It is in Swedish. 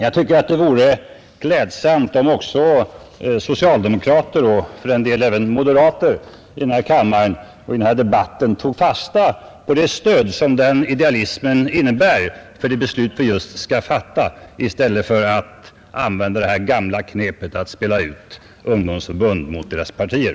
Jag tycker att det vore klädsamt om även socialdemokrater — och för den delen också moderater — i denna kammare och i denna debatt tog fasta på det stöd som den idealismen innebär för det beslut som vi nu skall fatta, i stället för att använda det gamla knepet att spela ut ungdomsförbunden mot deras partier.